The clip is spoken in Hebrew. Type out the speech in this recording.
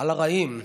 על הרעים.